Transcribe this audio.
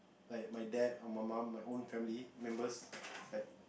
like my dad or my mom my own family members like